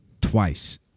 twice